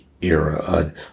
era